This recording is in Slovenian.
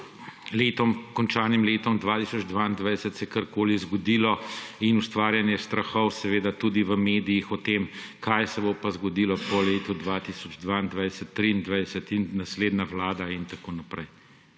s končanim letom 2022 se karkoli zgodilo in ustvarjanje strahov, seveda, tudi v medijih o tem, kaj se bo pa zgodilo po letu 2022, 2023 in naslednja vlada in tako naprej.